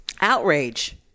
outrage